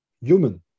human